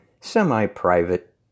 semi-private